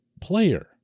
player